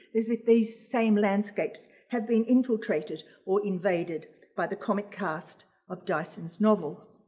as if these same landscapes have been infiltrated or invaded by the comic cast of dyson's novel.